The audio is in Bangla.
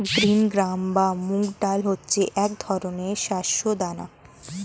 গ্রিন গ্রাম বা মুগ ডাল হচ্ছে এক ধরনের শস্য দানা